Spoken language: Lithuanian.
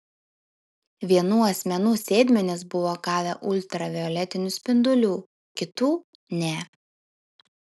vienų asmenų sėdmenys buvo gavę ultravioletinių spindulių kitų ne